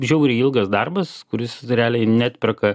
žiauriai ilgas darbas kuris realiai neatperka